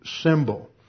symbol